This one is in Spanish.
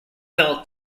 del